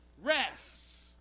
Rest